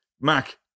Mac